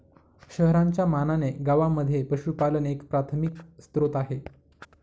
शहरांच्या मानाने गावांमध्ये पशुपालन एक प्राथमिक स्त्रोत आहे